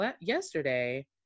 yesterday